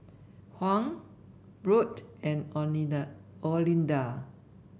Hung Brent and Olinda Olinda